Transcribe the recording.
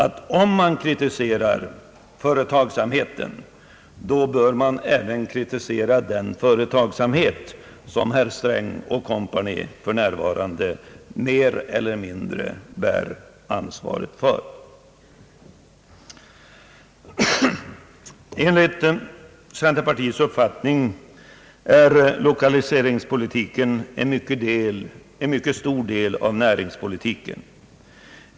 Om man kritiserar företagsamheten, bör man enligt min mening även kritisera den företagsamhet som herr Sträng och kompani för närvarande mer eller mindre bär ansvaret för. Enligt centerpartiets uppfattning utgör lokaliseringspolitiken en mycket stor del av näringspolitiken.